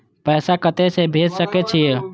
पैसा कते से भेज सके छिए?